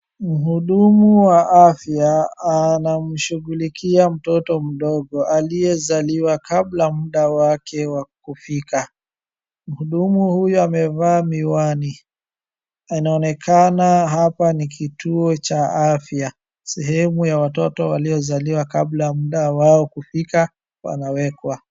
Mhudumu wa afya anamshughulikia mtoto mdogo aliyezaliwa kabla muda wake kufika. Mhudumu huyu amevaa miwani. Inaonekana hapa ni kituo cha afya, sehemu ya watoto waliozaliwa kabla muda wao kufika wanawekwa.